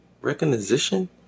recognition